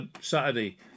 Saturday